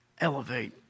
elevate